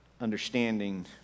understanding